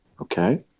Okay